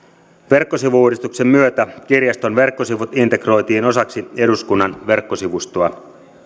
verkkosivu uudistuksen myötä kirjaston verkkosivut integroitiin osaksi eduskunnan verkkosivustoa